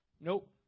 Nope